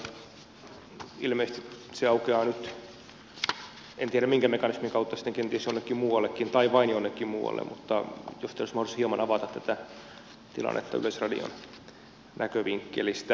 ilmeisesti se aukeaa nyt en tiedä minkä mekanismin kautta sitten kenties jonnekin muuallekin tai vain jonnekin muualle mutta jos teillä olisi mahdollisuus hieman avata tätä tilannetta yleisradion näkövinkkelistä